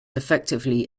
effectively